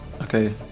Okay